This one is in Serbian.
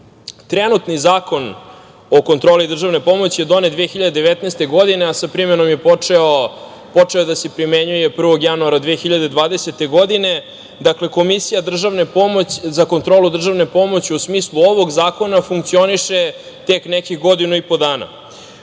Komisiji. Trenutni Zakon o kontroli državne pomoći je donet 2019. godine, počeo je da se primenjuje 1. januara 2020. godine. Dakle, Komisija za kontrolu državne pomoći u smislu ovog zakona funkcioniše tek nekih godinu i po